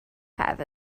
have